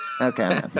Okay